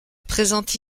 présente